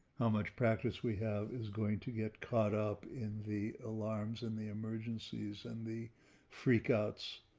how much practice we have is going to get caught up in the alarms and the emergencies and the freak outs